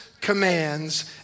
commands